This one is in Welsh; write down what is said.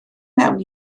mewn